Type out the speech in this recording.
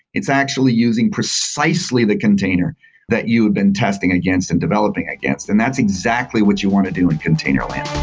it's actually using precisely the container that you had been testing against and developing against, and that's exactly what you want to do in container land.